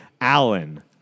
Allen